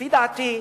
לפי דעתי,